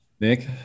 Nick